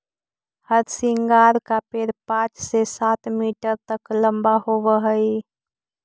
हरसिंगार का पेड़ पाँच से सात मीटर तक लंबा होवअ हई